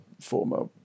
former